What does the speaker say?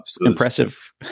impressive